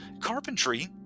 carpentry